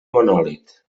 monòlit